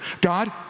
God